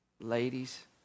Ladies